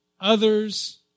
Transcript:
others